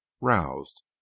roused